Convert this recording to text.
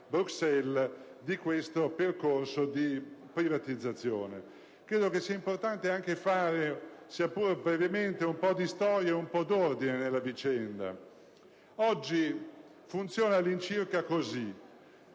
Bruxelles di questo percorso di privatizzazione. Inoltre, ritengo importante fare, sia pure brevemente, un po' di storia ed un po' di ordine nella vicenda. Oggi funziona più o